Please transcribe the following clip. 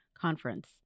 Conference